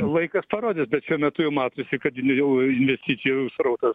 laikas parodys bet šiuo metu jau matosi kad jau investicijų srautas